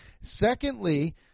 Secondly